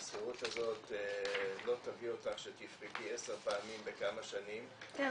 השכירות הזאת לא תביא אותך שתפרקי עשר פעמים בכמה שנים --- כן,